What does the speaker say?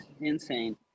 insane